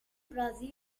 brazil